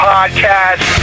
Podcast